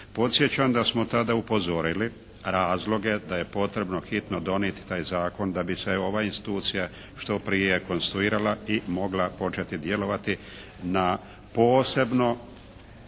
Podsjećam da smo tada upozorili razloga da je potrebno hitno donijeti taj zakon da bi se ova institucija što prije konstituirala i mogla početi djelovati na posebno